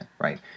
right